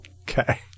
Okay